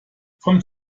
from